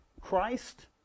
Christ